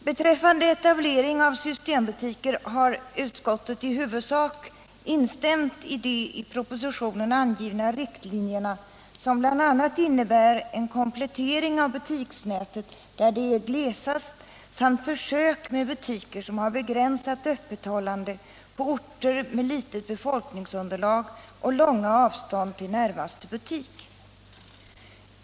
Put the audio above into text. Beträffande etablering av systembutiker har utskottet i huvudsak instämt i de i propositionen angivna riktlinjerna, som bl.a. innebär en komplettering av butiksnätet där det är glesast samt försök med butiker som har begränsat öppethållande på orter med litet befolkningsunderlag och långa avstånd till närmaste butik.